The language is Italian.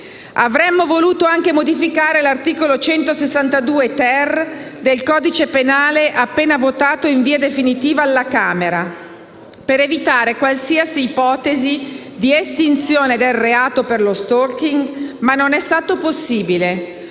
Avremmo voluto anche modificare l'articolo 162-*ter* del codice penale, appena votato in via definitiva alla Camera, per evitare qualsiasi ipotesi di estinzione del reato di *stalking*, ma non è stato possibile.